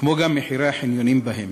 כמו גם מחירי החניונים בהם.